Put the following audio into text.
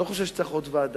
אני לא חושב שצריך עוד ועדה,